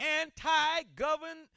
anti-government